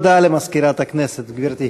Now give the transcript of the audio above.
הודעה למזכירת הכנסת, גברתי.